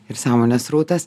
ir sąmonės srautas